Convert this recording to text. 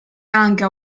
anche